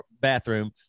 bathroom